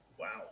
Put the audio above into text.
Wow